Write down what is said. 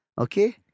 Okay